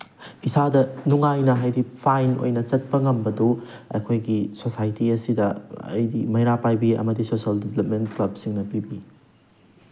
ꯏꯁꯥꯗ ꯅꯨꯡꯉꯥꯏꯅ ꯍꯥꯏꯗꯤ ꯐꯥꯏꯟ ꯑꯣꯏꯅ ꯆꯠꯄ ꯉꯝꯕꯗꯨ ꯑꯩꯈꯣꯏꯒꯤ ꯁꯣꯁꯥꯏꯇꯤ ꯑꯁꯤꯗ ꯍꯥꯏꯗꯤ ꯃꯩꯔꯥ ꯄꯥꯏꯕꯤ ꯑꯃꯗꯤ ꯁꯣꯁꯦꯜ ꯗꯤꯕꯂꯞꯃꯦꯟ ꯀ꯭ꯂꯕꯁꯤꯡꯅ ꯄꯤꯕꯤ